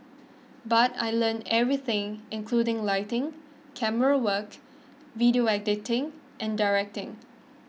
but I learnt everything including lighting camerawork video editing and directing